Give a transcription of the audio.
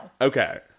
Okay